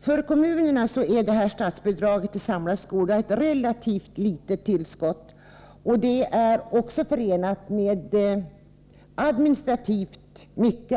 För kommunerna utgör statsbidraget till samlad skoldag ett relativt litet tillskott, förenat med mycket administrativt